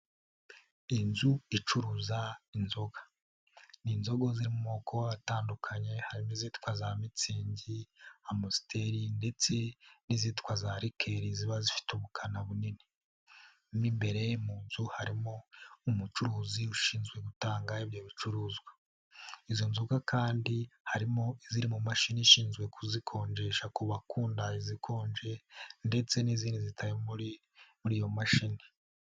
Inzu icuruza inzoga. Ni inzoga z'amoko atandukanye harimo izitwa za mitsingi, amusiteri ndetse n'izitwa za likeli ziba zifite ubukana bunini. Mo imbere mu nzu harimo umucuruzi ushinzwe gutanga ibyo bicuruzwa. Izo nzoga kandi harimo iziri mu mashini ishinzwe kuzikonjesha ku bakunda izikonje, ndetse n'izindi zitari muri iyo mashini.